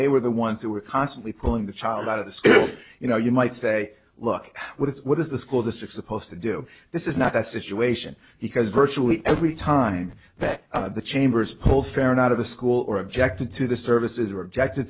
they were the ones who were constantly pulling the child out of the school you know you might say look what is what is the school district supposed to do this is not that situation because virtually every time that the chamber's pull ferran out of the school or objected to the services or object